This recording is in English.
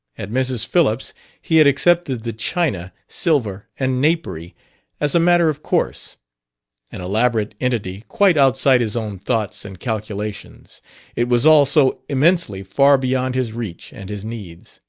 at mrs. phillips' he had accepted the china, silver and napery as a matter of course an elaborate entity quite outside his own thoughts and calculations it was all so immensely far beyond his reach and his needs.